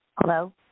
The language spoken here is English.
Hello